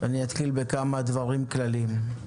אתחיל בכמה דברים כלליים.